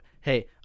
Hey